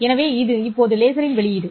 எனவே இது இப்போது லேசரின் வெளியீடு